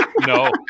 No